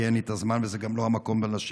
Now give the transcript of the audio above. כי אין לי את הזמן וזה גם לא המקום בשאילתה,